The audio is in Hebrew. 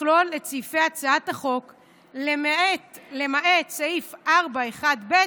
יכלול את סעיפי הצעת החוק למעט סעיף 4(1)(ב),